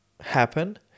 happen